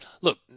look